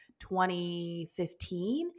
2015